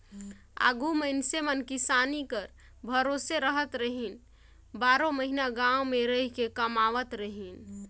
आघु मइनसे मन किसानी कर भरोसे रहत रहिन, बारो महिना गाँव मे रहिके कमावत रहिन